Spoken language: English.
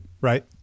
Right